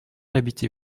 habitez